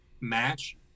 match